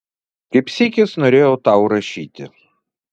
kaip sykis norėjau tau rašyti